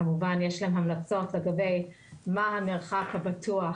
יש להם המלצות לגבי מה המרחק הבטוח